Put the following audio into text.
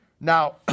Now